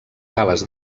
cales